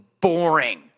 boring